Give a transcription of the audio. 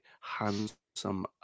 handsome